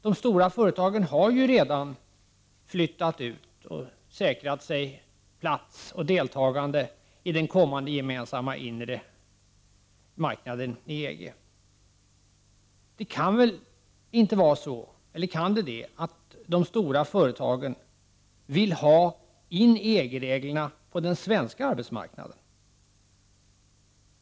De stora företagen har ju redan flyttat ut och säkrat plats och deltagande i den kommande gemensamma inre marknaden i EG. Det kan väl inte vara så att de stora företagen vill ha in EG-reglerna på den svenska arbetsmarknaden?